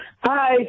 Hi